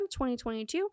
2022